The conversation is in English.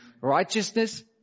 Righteousness